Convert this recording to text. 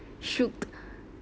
shoot